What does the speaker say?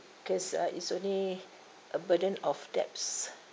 because uh it's only a burden of debts